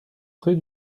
près